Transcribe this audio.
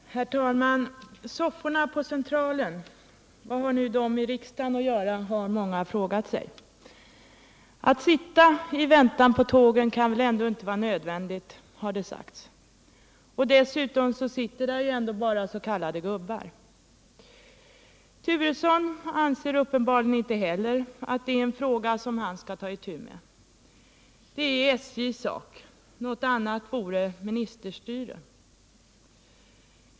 I fråga om sittplatserna på Stockholms centralstation beslutar SJ självständigt. Några åtgärder från min eller regeringens sida är inte aktuella. Herr talman! Sofforna på Centralen — vad har nu de i riksdagen att göra? har många frågat sig. Att sitta i väntan på tågen kan väl ändå inte vara nödvändigt, har det sagts. Dessutom sitter där ju ändå bara s.k. gubbar. Bo Turesson anser uppenbarligen inte heller att detta är en fråga som han skall ta itu med. Det är SJ:s sak. Något annat vore ministerstyre.